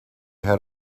had